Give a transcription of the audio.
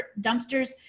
dumpsters